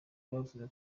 bavuze